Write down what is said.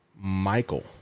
Michael